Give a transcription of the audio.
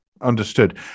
Understood